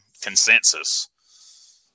consensus